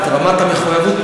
את רמת המחויבות.